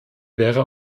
wäre